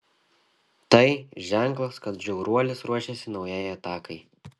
tai ženklas kad žiauruolis ruošiasi naujai atakai